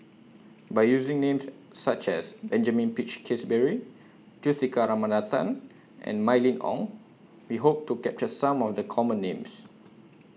By using Names such as Benjamin Peach Keasberry Juthika Ramanathan and Mylene Ong We Hope to capture Some of The Common Names